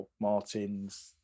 Martins